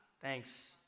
Thanks